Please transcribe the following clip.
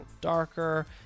darker